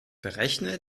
berechne